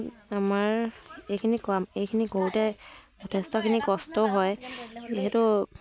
আমাৰ এইখিনি কাম এইখিনি কৰোঁতে যথেষ্টখিনি কষ্টও হয় যিহেতু